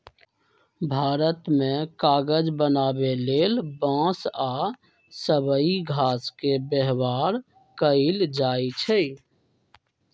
भारत मे कागज बनाबे लेल बांस आ सबइ घास के व्यवहार कएल जाइछइ